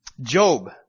Job